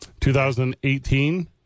2018